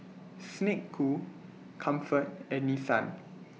Snek Ku Comfort and Nissan